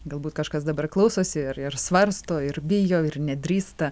galbūt kažkas dabar klausosi ir ir svarsto ir bijo ir nedrįsta